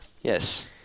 yes